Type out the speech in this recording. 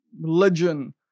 religion